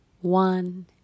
one